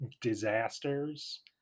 disasters